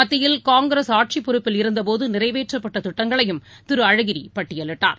மத்தியில் காங்கிரஸ் ஆட்சிப்பொறுப்பில் இருந்தபோதுநிறைவேற்றப்பட்டதிட்டங்களையும் திரு அழகிரிபட்டயலிட்டார்